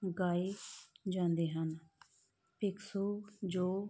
ਗਾਏ ਜਾਂਦੇ ਹਨ ਭਿਕਸ਼ੂ ਜੋ